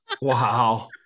Wow